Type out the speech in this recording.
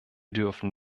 dürfen